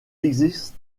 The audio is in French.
existe